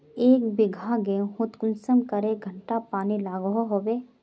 एक बिगहा गेँहूत कुंसम करे घंटा पानी लागोहो होबे?